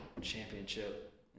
championship